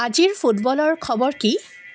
আজিৰ ফুটবলৰ খবৰ কি